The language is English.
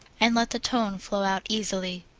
and let the tone flow out easily.